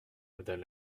madame